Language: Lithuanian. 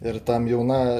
ir tam jauną